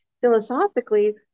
Philosophically